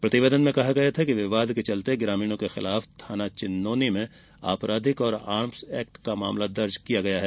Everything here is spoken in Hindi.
प्रतिवेदन में कहा गया था कि विवाद के चलते ग्रामीणों के खिलाफ थाना चिन्नौनी में आपराधिक और आर्म्स एक्ट का मामला दर्ज है